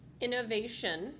innovation